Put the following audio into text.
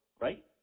right